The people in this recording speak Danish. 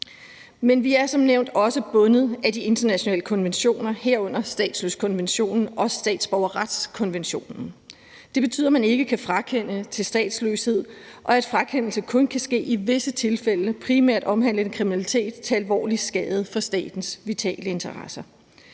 Men vi er som nævnt også bundet af de internationale konventioner, herunder statsløsekonventionen og statsborgerretskonventionen. Det betyder, at man ikke kan frakende til statsløshed, og at frakendelse kun kan ske i visse tilfælde, primært omhandlende kriminalitet til alvorlig skade for statens vitale interesser.